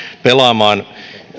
pelaamaan sujuvammin